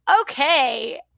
Okay